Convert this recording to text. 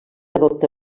adopta